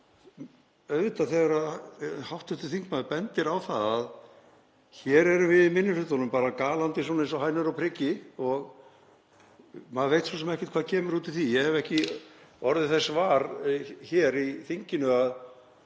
þegar hv. þingmaður bendir á það að hér erum við í minni hlutanum bara galandi eins og hænur á priki — og maður veit svo sem ekkert hvað kemur út úr því. Ég hef ekki orðið þess var hér í þinginu að